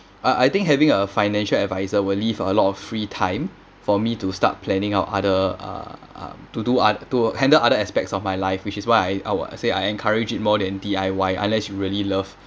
uh I think having a financial advisor will leave a lot of free time for me to start planning out other uh uh to do othe~ to handle other aspects of my life which is why I I would say I encourage it more than D_I_Y unless you really love